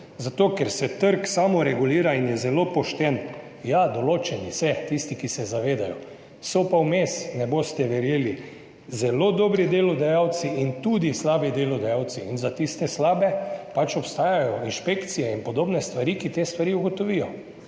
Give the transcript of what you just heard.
zato, ker se trg samoregulira in je zelo pošten. Ja, določeni se, tisti, ki se zavedajo, so pa vmes, ne boste verjeli, zelo dobri delodajalci in tudi slabi delodajalci. Za tiste slabe pač obstajajo inšpekcije in podobne stvari, ki te stvari ugotovijo